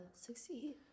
succeed